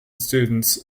students